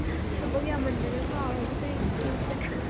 ꯊꯕꯛ ꯌꯥꯝꯃꯟꯗꯅ ꯀꯥꯎꯔꯕꯣ ꯀꯩꯅꯣ ꯁꯣꯝꯁꯦ